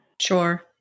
Sure